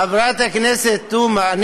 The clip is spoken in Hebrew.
חברת הכנסת תומא,